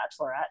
Bachelorette